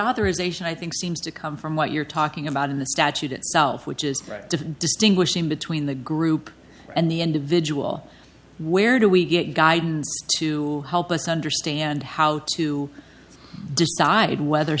authorization i think seems to come from what you're talking about in the statute itself which is distinguishing between the group and the individual where do we get guidance to help us understand how to decide whether